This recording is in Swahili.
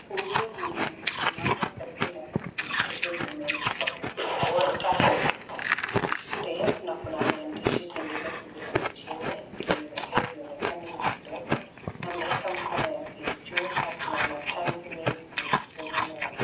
Huyu mwenye amesimama karibu na kitu yenye imeandikwa WaterStep na kuna maandishi zingine zilizo chini zenye hata hazionekani ni kidogo, ameeka mkono yake juu na kuna matanki mingi zenye ziko nyuma yake.